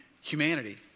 humanity